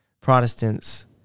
Protestants